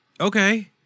Okay